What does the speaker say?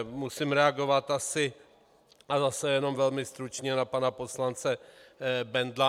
Musím reagovat asi, a zase jenom velmi stručně, na pana poslance Bendla.